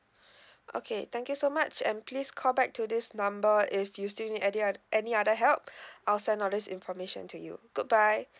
okay thank you so much and please call back to this number if you still need any o~ any other help I'll send all this information to you good bye